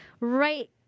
right